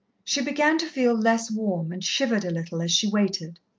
she began to feel less warm, and shivered a little as she waited.